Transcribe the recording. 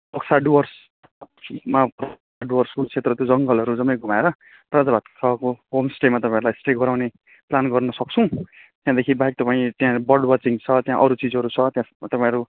बक्सा डुवर्स डुवर्सको क्षेत्रको त्यो जङ्गलहरू जम्मै घुमाएर राजाभातखवाको होमस्टेमा तपाईँहरूलाई स्टे गराउने प्लान गर्न सक्छौँ त्यहाँदेखि बाहेक तपाईँ त्यहाँ बर्ड वाचिङ छ त्यहाँ अरू चिजहरू छ त्यहाँ तपाईँहरू